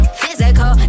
physical